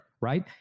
Right